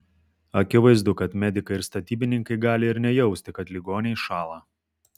akivaizdu kad medikai ir statybininkai gali ir nejausti kad ligoniai šąla